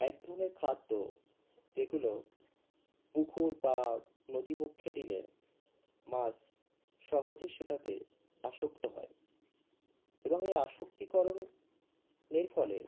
এক ধরনের খাদ্য যেগুলো পুকুর বা নদীবক্ষে দিলে মাছ সহজে সেটাতে আসক্ত হয় এবং এই আসক্তিকরণের ফলে